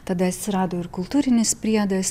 tada atsirado ir kultūrinis priedas